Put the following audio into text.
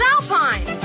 Alpine